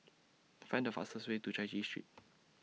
Find The fastest Way to Chai Chee Street